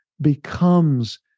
becomes